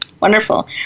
wonderful